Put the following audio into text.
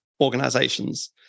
Organizations